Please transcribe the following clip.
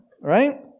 Right